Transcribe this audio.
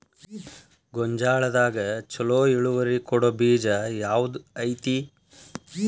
ಗೊಂಜಾಳದಾಗ ಛಲೋ ಇಳುವರಿ ಕೊಡೊ ಬೇಜ ಯಾವ್ದ್ ಐತಿ?